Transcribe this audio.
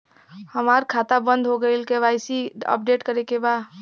हमार खाता बंद हो गईल ह के.वाइ.सी अपडेट करे के बा?